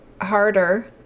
harder